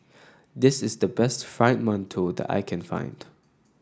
this is the best Fried Mantou that I can find